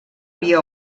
via